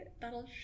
that'll